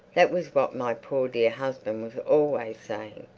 that was what my poor dear husband always saying.